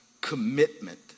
commitment